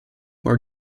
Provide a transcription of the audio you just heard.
were